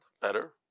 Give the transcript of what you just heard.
Better